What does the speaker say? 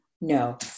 no